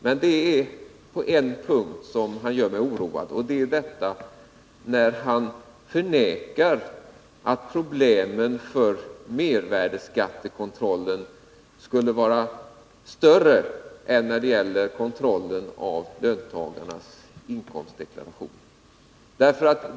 Men det är på en punkt som han gör mig oroad, nämligen när han förnekar att problemen beträffande mervärdeskattekontrollen skulle vara större än beträffande kontrollen av löntagarnas inkomstdeklarationer.